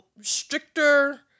stricter